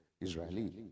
Israeli